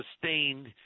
sustained